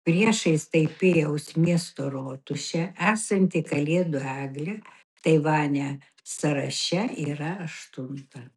priešais taipėjaus miesto rotušę esanti kalėdų eglė taivane sąraše yra aštunta